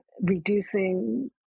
reducing